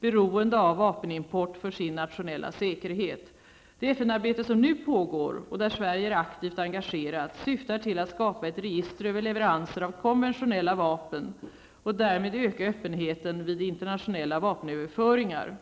beroende av vapenimport för sin nationella säkerhet. Det FN arbete som nu pågår, och där Sverige är aktivt engagerat, syftar till att skapa ett register över leveranser av konventionella vapen och därmed öka öppenheten vid internationella vapenöverföringar.